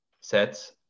sets